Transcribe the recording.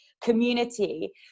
community